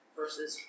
versus